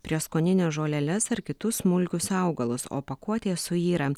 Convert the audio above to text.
prieskonines žoleles ar kitus smulkius augalus o pakuotė suyra